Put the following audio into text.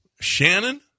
Shannon